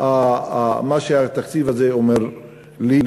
מה שהתקציב הזה אומר לי.